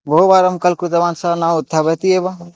बहुवारं कल् कृतवान् स न उत्थापयति एव